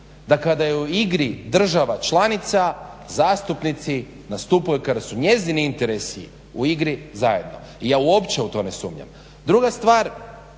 Da kada je u igri država članica zastupnici nastupaju kada su njezini interesi u igri zajedno. Ja uopće u to ne sumnjam. Druga stvar,